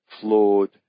flawed